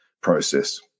process